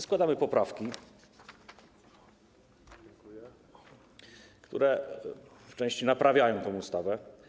Składamy poprawki, które w części naprawią tę ustawę.